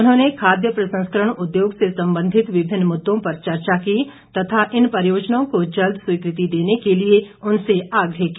उन्होंने खाद्य प्रसंस्करण उद्योग से संबंधित विभिन्न मुददों पर चर्चा की तथा इन परियोजनाओं को जल्द स्वीकृति देने के लिए उनसे आग्रह किया